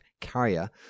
carrier